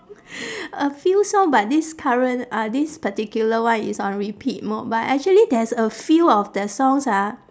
a few song but this current uh this particular one is on repeat mode but actually there's a few of their songs ah